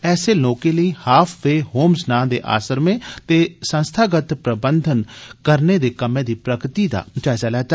ऐसे लोकें लेई ''हाफ वे होम्ज़'' नां दे आसरमे ते संस्थागत प्रबंध करने दे कम्मै दी प्रगति दा जायजा लैता